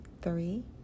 three